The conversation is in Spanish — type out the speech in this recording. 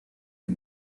del